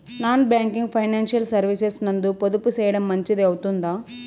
Non banking financial services నందు పొదుపు సేయడం మంచిది అవుతుందా?